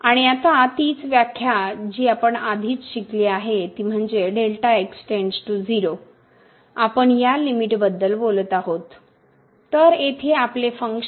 आणि आता तीच व्याख्या जी आपण आधीच शिकली आहे ती म्हणजे आपण या लिमिट बद्दल बोलत आहोत तर येथे आपले फंक्शन